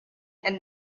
and